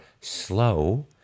slow